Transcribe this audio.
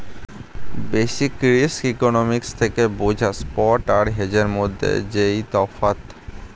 basic risk economics থেকে বোঝা spot আর হেজের মধ্যে যেই তফাৎ